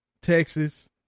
Texas